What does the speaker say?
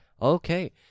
Okay